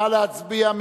נא להצביע.